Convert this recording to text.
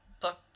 book